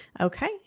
Okay